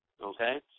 Okay